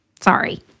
sorry